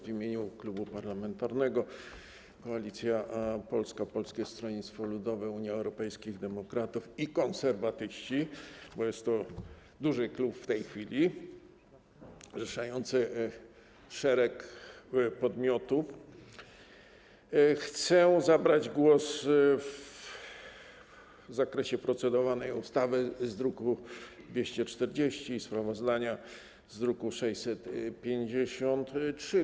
W imieniu Klubu Parlamentarnego Koalicja Polska - Polskie Stronnictwo Ludowe, Unia Europejskich Demokratów, Konserwatyści, jest to duży klub w tej chwili, zrzeszający szereg podmiotów, chcę zabrać głos w sprawie procedowanej ustawy z druku nr 240 i sprawozdania z druku nr 635.